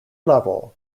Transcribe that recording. level